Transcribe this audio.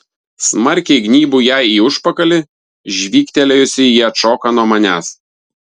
smarkiai gnybu jai į užpakalį žvygtelėjusi ji atšoka nuo manęs